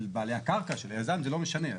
של בעלי הקרקע, של היזם, זה לא משנה.